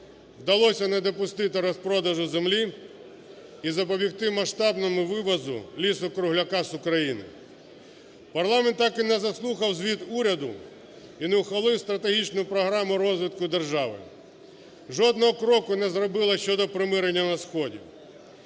вдалося не допустити розпродажу землі і запобігти масштабному вивозу лісу-кругляка з України. Парламент так і не заслухав звіт уряду і не ухвалив стратегічну програму розвитку держави, жодного кроку не зробив щодо примирення на Сході.